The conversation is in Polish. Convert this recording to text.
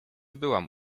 byłam